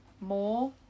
more